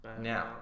now